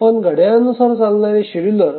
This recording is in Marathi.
पण घड्याळानुसार चालणारे शेड्युलर